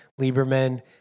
Lieberman